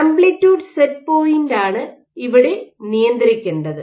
amplitude set പോയിന്റാണ് ഇവിടെ നിയന്ത്രിക്കണ്ടത്